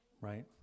right